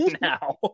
now